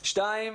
דבר שני,